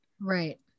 Right